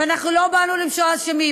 ואנחנו לא באנו למצוא אשמים.